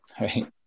right